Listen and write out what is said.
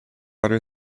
other